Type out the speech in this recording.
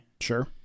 sure